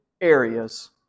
areas